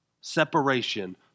Separation